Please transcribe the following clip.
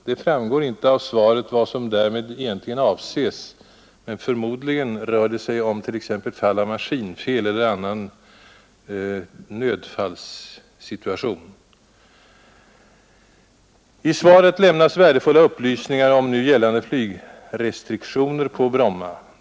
Det framgår inte av svaret vad som därmed egentligen avses, men förmodligen rör det sig om t.ex. fall av maskinfel eller annan nödfallssituation. I svaret lämnas också värdefulla upplysningar om nu gällande flygrestriktioner på Bromma.